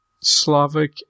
Slavic